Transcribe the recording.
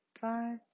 five